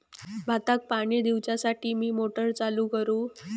भाताक पाणी दिवच्यासाठी मी मोटर चालू करू?